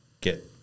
get